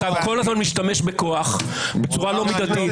אתה כל הזמן משתמש בכוח בצורה לא מידתית,